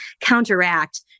counteract